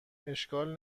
اشکال